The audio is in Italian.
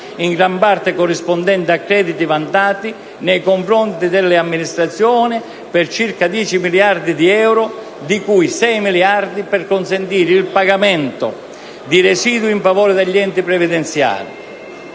in gran parte corrispondenti a crediti vantati nei confronti delle amministrazioni, per circa 10 miliardi di euro, di cui 6 miliardi per consentire il pagamento di residui in favore degli enti previdenziali.